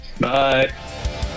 Bye